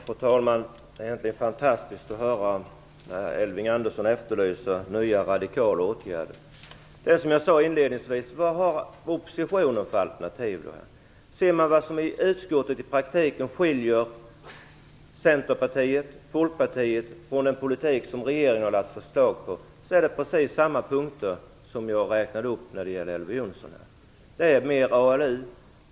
Fru talman! Det är fantastiskt att höra Elving Andersson efterlysa nya, radikala åtgärder. Det är så som jag sade inledningsvis. Vilka alternativ har oppositionen? Om man ser på vad som skiljer Centerpartiets förslag från den politik som regeringen föreslår, är det precis samma punkter som jag räknade upp för Elver Jonsson när det gällde Folkpartiet.